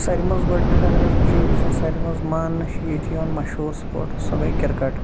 ساری منٛز گۄڈٕنٮ۪تھ اگر أسۍ وٕچھو یُس زَن ساری منٛز ماننہٕ چھُ ییٚتہِ یِوان مَشہوٗر سُپوٹٕس سۄ گٔے کِرکَٹ